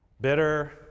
bitter